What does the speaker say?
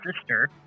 sister